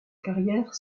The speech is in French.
carrière